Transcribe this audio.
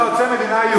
אין הסבר אחר, רק שנאה.